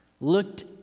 looked